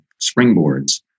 springboards